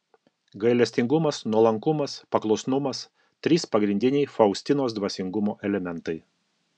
gailestingumas nuolankumas paklusnumas trys pagrindiniai faustinos dvasingumo elementai